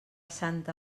santa